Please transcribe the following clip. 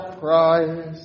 price